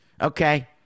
Okay